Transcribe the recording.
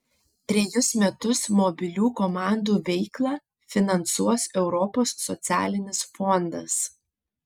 trejus metus mobilių komandų veiklą finansuos europos socialinis fondas